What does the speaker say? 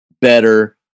better